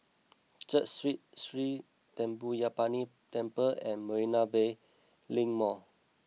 Church Street Sri Thendayuthapani Temple and Marina Bay Link Mall